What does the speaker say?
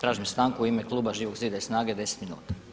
Tražim stanku u ime kluba Živog zida i SNAGA-e 10 minuta.